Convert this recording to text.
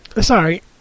Sorry